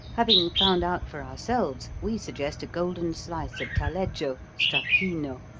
having found out for ourselves, we suggest a golden slice of taleggio, stracchino,